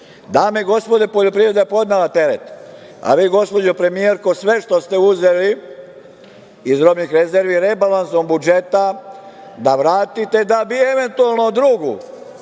i gospodo, poljoprivreda je podnela teret, a vi, gospođo premijerko, sve što ste uzeli iz robnih rezervi rebalansom budžeta da vratite da bi eventualno drugu,